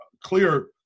clear